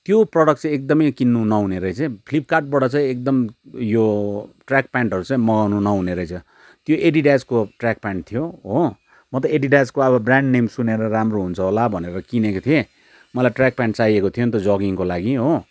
त्यो प्रोडक्ट चाहिँ एकदमै किन्नु नहुने रहेछ है फ्लिपकार्टबाट चाहिँ एकदम उयो ट्रयाक प्यान्टहरू चाहिँ मगाउनु नहुने रहेछ त्यो एडिडासको ट्रयाक प्यान्ट थियो हो म त एडिडासको अब ब्रयान्ड नेम सुनेर राम्रो हुन्छ होला भनेर किनेको थिएँ मलाई ट्रयाक प्यान्ट चाहिएको थियो नि त जगिङको लागि हो